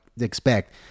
expect